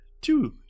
Two